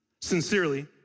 sincerely